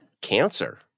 Cancer